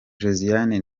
josiane